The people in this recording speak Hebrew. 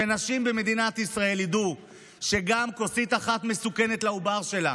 שנשים במדינת ישראל ידעו שגם כוסית אחת מסוכנת לעובר שלהן.